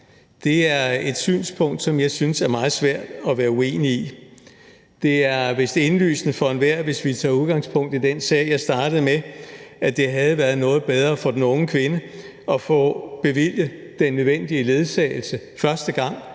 Det er et synspunkt, som jeg synes det er meget svært at være uenig i. Det er vist indlysende for enhver – hvis vi tager udgangspunkt i den sag, jeg startede med – at det havde været noget bedre for den unge kvinde at få bevilget den nødvendige ledsagelse første gang,